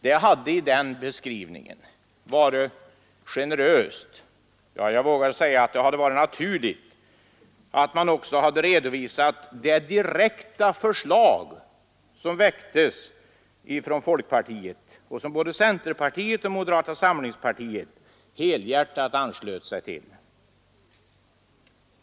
Det hade i denna beskrivning enligt min mening varit generöst — jag vågar säga naturligt — att man också hade redovisat det direkta förslag, som väcktes av folkpartiet och som både centerpartiet och moderata samlingspartiet helhjärtat anslöt sig till.